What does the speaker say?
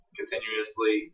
continuously